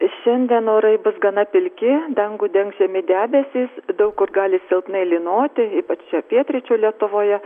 šiandien orai bus gana pilki dangų dengs žemi debesys daug kur gali silpnai lynoti ypač pietryčių lietuvoje